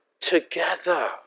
together